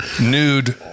Nude